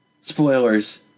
Spoilers